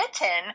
written